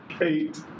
Eight